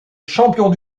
champion